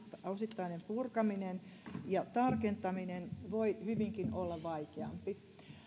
osittainen purkaminen ja tarkentaminen voi hyvinkin olla vaikeampi